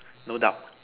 no doubt